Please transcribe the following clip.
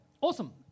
Awesome